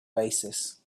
oasis